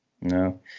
No